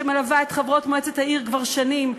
שמלווה את חברות מועצת העיר כבר שנים.